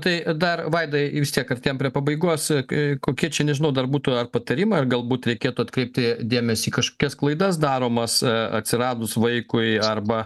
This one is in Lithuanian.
tai dar vaidai vis tiek artėjam prie pabaigos kokie čia nežinau dar būtų ar patarimai ar galbūt reikėtų atkreipti dėmesį į kažkokias klaidas daromas atsiradus vaikui arba